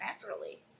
naturally